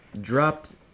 dropped